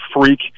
freak